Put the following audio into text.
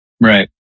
Right